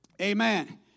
Amen